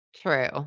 True